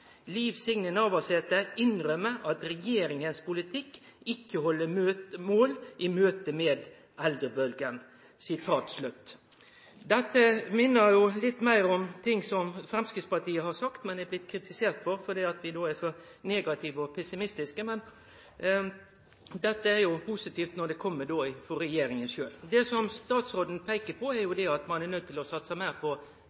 Liv Signe Navarsete innrømmer at Regjeringens politikk ikke holder mål i møte med eldrebølgen.» Dette minner jo litt meir om ting som Framstegspartiet har sagt, men som vi er blitt kritiserte for, fordi vi då er så negative og pessimistiske. Men dette er jo positivt når det kjem frå regjeringa sjølv. Det som statsråden peiker på, er jo at ein er nøydd til å